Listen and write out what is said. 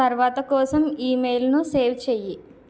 తర్వాత కోసం ఇమెయిల్ను సేవ్ చేయి